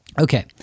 Okay